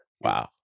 Wow